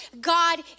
god